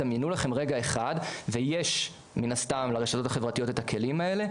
דמיינו לכם רגע אחד ויש מן הסתם לרשתות החברתיות את הכלים האלה,